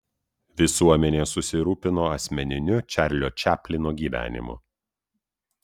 visuomenė susirūpino asmeniniu čarlio čaplino gyvenimu